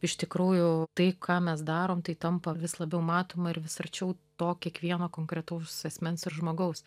iš tikrųjų tai ką mes darom tai tampa vis labiau matoma ir vis arčiau to kiekvieno konkretaus asmens ir žmogaus